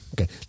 Okay